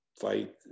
fight